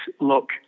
look